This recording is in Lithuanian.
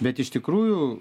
bet iš tikrųjų